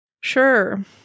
sure